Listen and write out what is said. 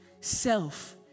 self